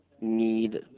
need